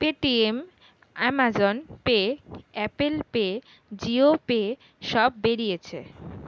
Paytm, Amazon pay, Apple pay, Jio pay সব বেরিয়েছে